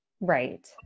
Right